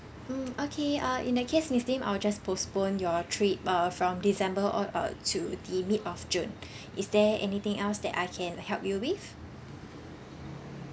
mm okay err in that case miss lim I will just postpone your trip err from december or or to the mid of june is there anything else that I can help you with